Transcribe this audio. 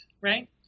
right